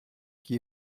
qui